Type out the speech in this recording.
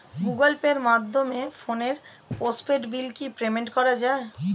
Google পের মাধ্যমে ফোনের পোষ্টপেইড বিল কি পেমেন্ট করা যায়?